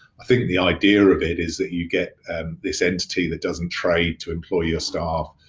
i think the idea of it is that you get this entity that doesn't trade to employ your staff,